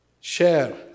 Share